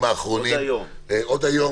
עוד היום.